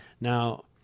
Now